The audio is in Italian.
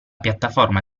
piattaforma